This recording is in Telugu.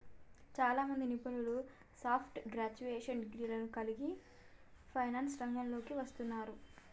చాలామంది నిపుణులు సాఫ్ట్ గ్రాడ్యుయేషన్ డిగ్రీలను కలిగి ఫైనాన్స్ రంగంలోకి వస్తున్నారు